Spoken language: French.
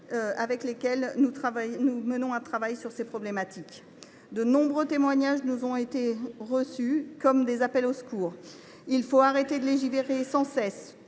avec lesquels nous menons un travail sur ces problématiques. De nombreux témoignages nous ont été adressés, tels des appels au secours :« Il faut arrêter de légiférer sans cesse